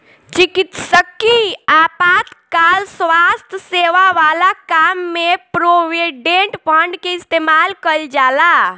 चिकित्सकीय आपातकाल स्वास्थ्य सेवा वाला काम में प्रोविडेंट फंड के इस्तेमाल कईल जाला